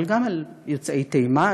אבל גם על יוצאי תימן,